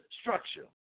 structure